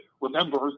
remember